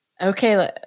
Okay